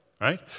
right